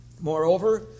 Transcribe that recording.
Moreover